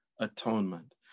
atonement